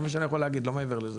זה מה שאני יכול להגיד, לא מעבר לזה.